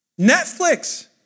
Netflix